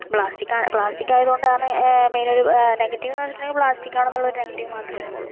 plastic ആണ് plastic ആയതു കൊണ്ട് ആണ് മെയിൻ ഒരു നെഗറ്റീവ് എന്ന് വെച്ചിട്ടുണ്ടെങ്കിൽ പ്ലാസ്റ്റിക് ആണ് എന്ന ഒരു നെഗറ്റീവ് മാത്രമേ ഇതിന് ഉള്ളു